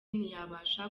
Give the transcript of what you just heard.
ntiyabasha